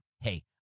hey